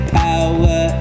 power